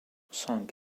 sunk